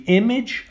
image